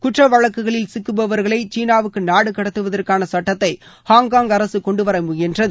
குற்ற வழக்குகளில் சிக்குபவர்களை சீனாவுக்கு நாடு கடத்துவதற்கான சட்டத்தை ஹாங்காங் அரசு கொண்டு வர முயன்றது